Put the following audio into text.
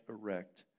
erect